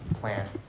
plan